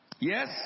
Yes